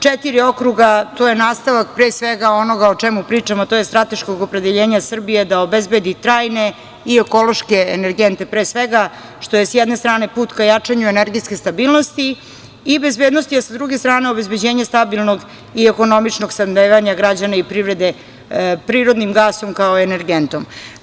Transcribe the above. Četiri okruga, to je nastavak pre svega onoga o čemu pričamo, tj. strateškog opredeljenja Srbije da obezbedi trajne i ekološke energente pre svega, što je s jedne strane put ka jačanju energetske stabilnosti i bezbednosti, a sa druge strane obezbeđenje stabilnog i ekonomičnog snabdevanja građana i privrede prirodnim gasom kao energentom.